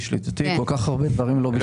כל כך הרבה דברים לא בשליטתי.